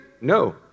No